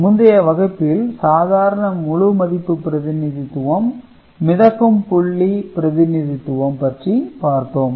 முந்தைய வகுப்பில் சாதாரண முழு மதிப்பு பிரதிநிதித்துவம் மிதக்கும் புள்ளி பிரதிநிதித்துவம் பற்றி பார்த்தோம்